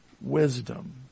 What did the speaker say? wisdom